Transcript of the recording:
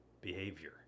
behavior